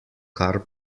kar